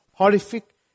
Horrific